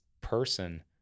person